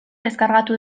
deskargatu